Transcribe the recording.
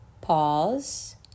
pause